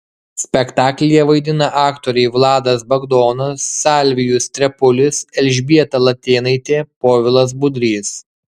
spektaklyje vaidina aktoriai vladas bagdonas salvijus trepulis elžbieta latėnaitė povilas budrys